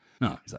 no